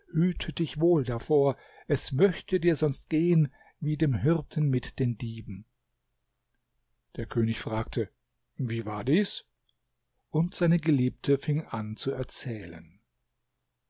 dich wohl davor es möchte dir sonst gehen wie dem hirten mit den dieben der könig fragte wie war dies und seine geliebte fing an zu erzählen